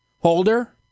Holder